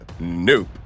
Nope